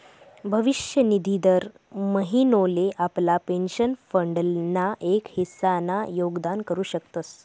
भविष्य निधी दर महिनोले आपला पेंशन फंड ना एक हिस्सा ना योगदान करू शकतस